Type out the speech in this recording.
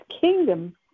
kingdom